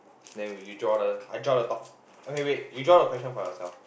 then we you draw the I draw the top okay wait you draw the question for yourself